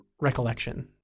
recollection